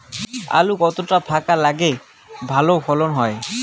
আলু কতটা ফাঁকা লাগে ভালো ফলন হয়?